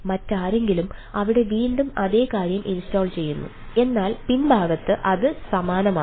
മറ്റാരെങ്കിലും അവിടെ വീണ്ടും അതേ കാര്യം ഇൻസ്റ്റാൾ ചെയ്യുന്നു എന്നാൽ പിൻഭാഗത്ത് അത് സമാനമാണ്